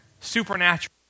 supernatural